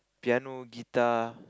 piano guitar